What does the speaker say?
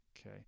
Okay